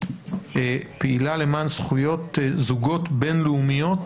פעילה למען זכויות זוגות בינלאומיים